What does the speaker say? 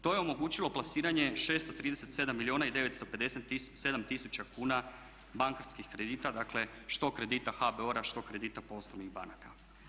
To je omogućilo plasiranje 637 milijuna i 957 tisuća kuna bankarskih kredita, što kredita HBOR-a, što kredita poslovnih banaka.